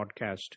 podcast